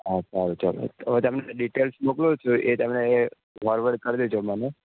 અચ્છા સારું ચલો તમને જે ડીટેલ મોકલ્યું છે એ તમે ફોરવર્ડ કરી દેજો મને